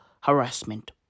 harassment